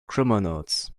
criminals